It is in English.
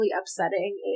upsetting